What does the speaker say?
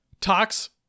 Tox